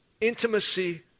intimacy